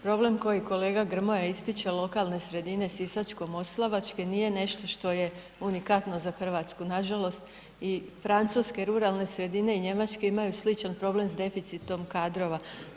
Problem koji kolega Grmoja ističe lokalne sredine Sisačko-moslavačke nije nešto što je unikatno za RH, nažalost i francuske ruralne sredine i njemačke imaju sličan problem s deficitom kadrova.